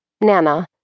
Nana